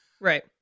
Right